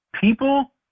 People